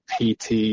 PT –